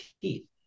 teeth